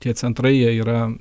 tie centrai yra